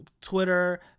Twitter